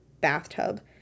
bathtub